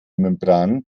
membran